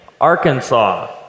Arkansas